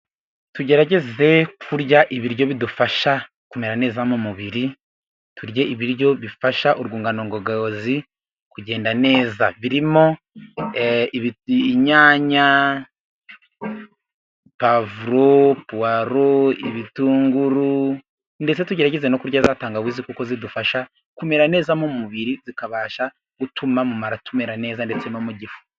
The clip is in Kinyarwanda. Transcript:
Tugerageze kurya ibiryo bidufasha kumera neza mu mubiri, turye ibiryo bifasha urwungano ngogozi kugenda neza birimo: inyanya, pavuro, puwaro, ibitunguru, ndetse tugerageze no kurya za tangawizi kuko zidufasha kumera neza mu mubiri zikabasha gutuma mu mara tumera neza ndetse no mu gifu.